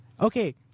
Okay